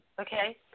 Okay